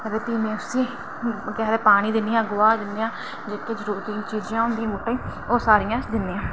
ते प्ही में उसी बगैर पानी दे गोहा दिन्नी आं ते जेह्ड़ी जेह्ड़ी चीज़ें दी जरूरत होंदी बूह्टें गी ओह् सारी दिन्ने आं